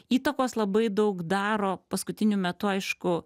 įtakos labai daug daro paskutiniu metu aišku